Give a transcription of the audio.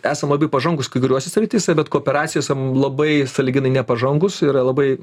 esam labai pažangūs kai kuriose srityse bet kooperacijose mum labai sąlyginai nepažangūs yra labai